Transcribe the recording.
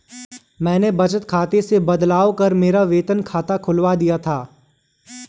मैंने बचत खाते से बदलवा कर मेरा वेतन खाता खुलवा लिया था